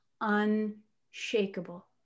unshakable